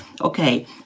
Okay